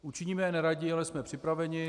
Učiníme je neradi, ale jsme připraveni.